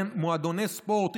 מועדוני ספורט,